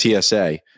tsa